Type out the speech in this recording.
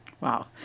Wow